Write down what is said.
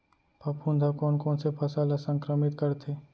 फफूंद ह कोन कोन से फसल ल संक्रमित करथे?